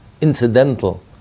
incidental